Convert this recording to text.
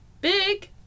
big